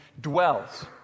dwells